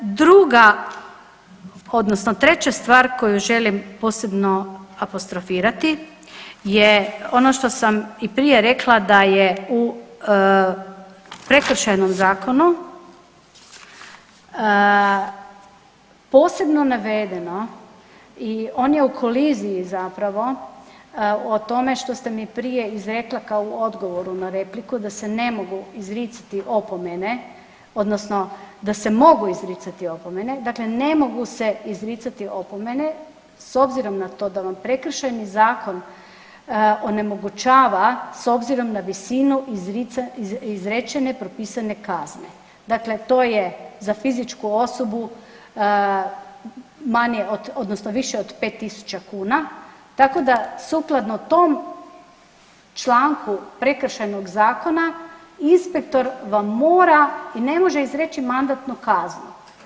Druga odnosno treća stvar koju želim posebno apostrofirati je ono što sam i prije rekla da je u prekršajnom zakonu posebno navedeno i on je u koliziji zapravo o tome što ste mi prije izrekle kao u odgovoru na repliku da se ne mogu izricati opomene odnosno da se mogu izricati opomene, dakle ne mogu se izricati opomene s obzirom na to da vam prekršajni zakon onemogućava s obzirom na visinu izrečene propisane kazne, dakle to je za fizičku osobu manje odnosno više od 5.000 kuna, tako da sukladno tom članku prekršajnog zakona inspektor vam mora i ne može izreći mandatnu kaznu.